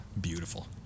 Beautiful